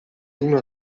una